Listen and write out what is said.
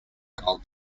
gall